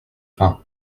faim